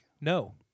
No